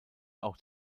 auch